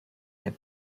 herr